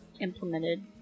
implemented